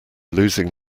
losing